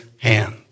hand